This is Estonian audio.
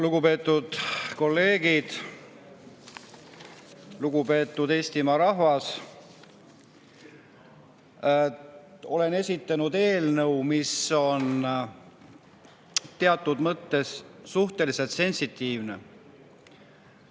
Lugupeetud kolleegid! Lugupeetud Eestimaa rahvas! Olen esitanud eelnõu, mille [teema] on teatud mõttes suhteliselt sensitiivne,